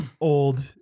old